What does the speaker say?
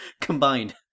Combined